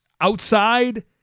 outside